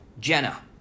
Jenna